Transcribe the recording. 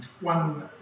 one